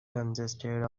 consisted